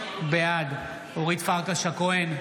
בעד אורית פרקש הכהן,